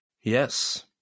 Yes